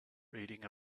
reading